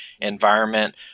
environment